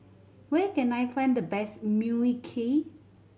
where can I find the best Mui Kee